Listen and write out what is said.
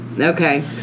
okay